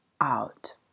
out